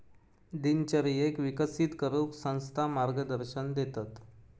दिनचर्येक विकसित करूक संस्था मार्गदर्शन देतत